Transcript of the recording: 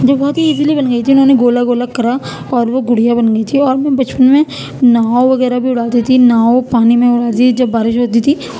جو بہت ہی ایزلی بن گئی تھی انہوں نے گولا گولا کرا اور وہ گڑیا بن گئی تھی اور میں بچپن میں ناؤ وغیرہ بھی اڑاتی تھی ناؤ پانی میں اڑاتی تھی جب بارش ہوتی تھی